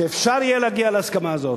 שאפשר יהיה להגיע להסכמה הזאת,